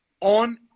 on